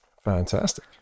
Fantastic